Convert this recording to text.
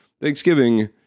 Thanksgiving